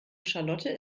charlotte